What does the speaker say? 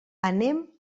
anem